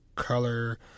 color